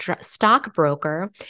stockbroker